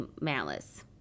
Malice